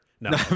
No